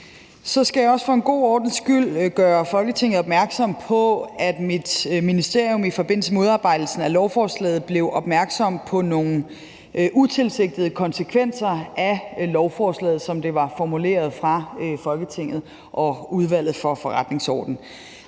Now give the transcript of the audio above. Så skal jeg også for en god ordens skyld gøre Folketinget opmærksom på, at mit ministerium i forbindelse med udarbejdelsen af lovforslaget blev opmærksom på nogle utilsigtede konsekvenser af lovforslaget, som det var formuleret af Folketinget og Udvalget for Forretningsordenen.